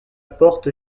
porte